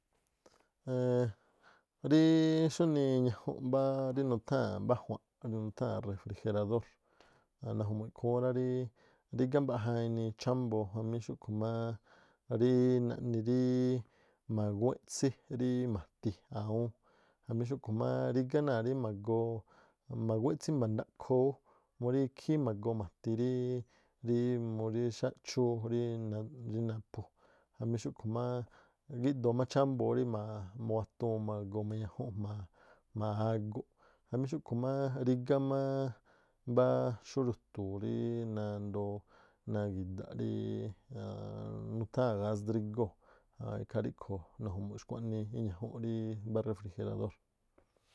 Eenn- ríí xúnii ̱ñajunꞌ mbáá rí nutháa̱n mbá a̱jua̱nꞌ rí nutháa̱n refrigeradór. Naju̱mu̱ꞌ ikhúún rí gíꞌdoo mbaꞌja enii chámbo̱o̱ jamí xúꞌkhu̱ máá ríí- naꞌni- ríí ma̱gúwán eꞌtsí ríí ma̱ti awúún jamí xúꞌkhu̱ máá rígá náa̱ rí ma̱goo ma̱guéꞌsí mba̱ndakhoo ú murí ikhí ma̱goo ma̱ti ríí- ríí murí xáꞌchúú rí naꞌ- naphu-, jamí xúꞌkhu̱ má gíꞌdoo chámboo rí ma- mawatuun ma̱goo mañajunꞌ jma̱a- jma̱a aguꞌ. Jamí xúꞌkhu̱ má mbáá xú ru̱tuu rí nandoo nagi̱da̱ꞌ rí nutháa̱n gás drigóo̱ aan ikhaa ríꞌkho̱o naju̱mu̱ꞌ xúnii iñajunꞌ mbá rí refrigeradór.